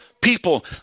people